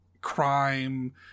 crime